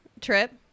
trip